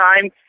time